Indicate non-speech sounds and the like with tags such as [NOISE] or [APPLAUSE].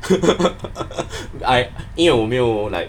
[LAUGHS] I 因为我没有 like